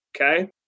okay